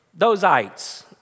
thoseites